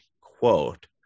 quote